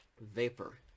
Vapor